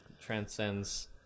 transcends